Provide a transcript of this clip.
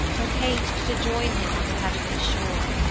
but haste to join him on the heav'nly shore,